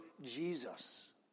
Jesus